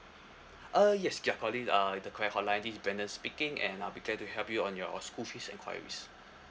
uh yes you're calling uh the correct hotline this is brandon speaking and I'll be glad to help you on your school fees enquiries